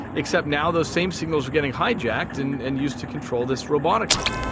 except now those same signals are getting hijacked and and used to control this robotic arm.